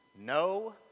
No